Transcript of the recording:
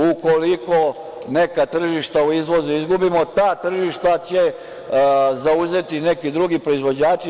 Ukoliko neka tržišta u izvozu izgubimo, ta tržišta će zauzeti neki drugi proizvođači.